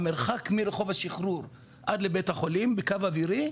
המרחק מרחוב השחרור עד לבית החולים בקו אווירי,